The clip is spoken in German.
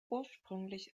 ursprünglich